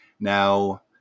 Now